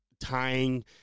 tying